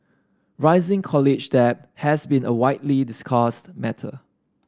rising college debt has been a widely discussed matter